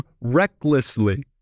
recklessly